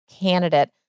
candidate